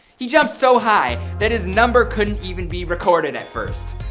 he jumped so high that his number couldn't even be recorded at first.